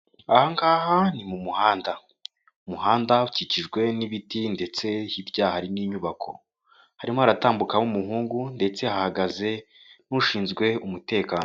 Ahangaha ni mu muhanda. Umuhanda ukikijwe n'ibiti ndetse hirya hari n'inyubako. Harimo haratambukamo umuhungu ndetse hahagaze n'ushinzwe umutekano.